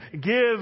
give